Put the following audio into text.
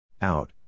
Out